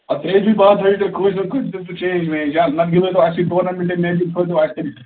اَ ترٛیٚیہِ دۄہہِ بعد تُہۍ چینٛج وینٛج یا نَتہٕ گِنٛدنٲیتو اَسی ٹورنَمٮ۪نٛٹ میچ